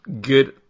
good